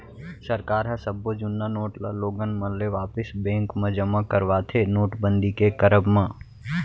सरकार ह सब्बो जुन्ना नोट ल लोगन मन ले वापिस बेंक म जमा करवाथे नोटबंदी के करब म